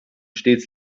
stets